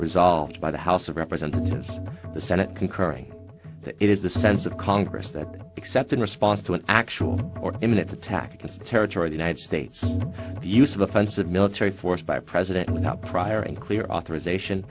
resolved by the house of representatives the senate concurring it is the sense of congress that except in response to an actual or imminent attack against the territory the united states use of offensive military force by president without prior unclear authorization